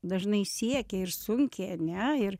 dažnai siekia ir sunkiai ane ir